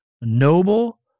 noble